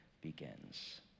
begins